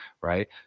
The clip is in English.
right